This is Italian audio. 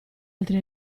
altri